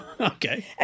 Okay